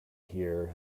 here